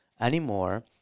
anymore